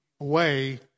away